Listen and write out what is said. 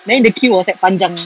then the queue was like panjang